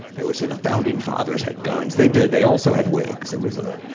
they always say, the founding fathers had guns. they did. they also had wigs. it was a